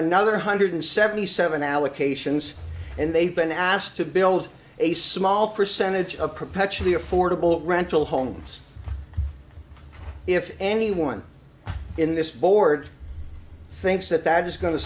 another one hundred seventy seven allocations and they've been asked to build a small percentage of perpetually affordable rental homes if anyone in this board thinks that that is going to